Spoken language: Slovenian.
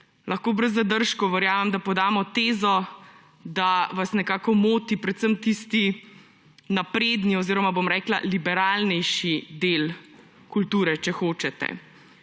zadržkov lahko, verjamem, podamo tezo, da vas nekako moti predvsem tisti napredni oziroma bom rekla liberalnejši del kulture, če hočete.